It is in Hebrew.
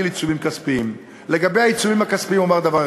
את ההשקעות בבריאות ולהגדיל את ההשקעות ברווחה.